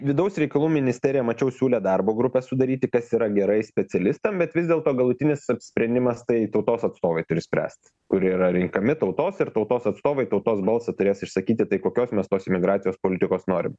vidaus reikalų ministerija mačiau siūlė darbo grupę sudaryti kas yra gerai specialistam bet vis dėlto galutinis apsisprendimas tai tautos atstovai turi spręst kurie yra renkami tautos ir tautos atstovai tautos balsą turės išsakyti tai kokios mes tos imigracijos politikos norim